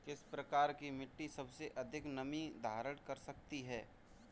किस प्रकार की मिट्टी सबसे अधिक नमी धारण कर सकती है?